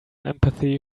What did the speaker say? empathy